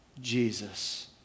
Jesus